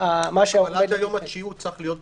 אבל עד היום התשיעי הוא צריך להיות בבידוד.